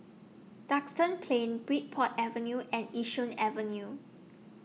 Duxton Plain Bridport Avenue and Yishun Avenue